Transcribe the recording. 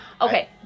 Okay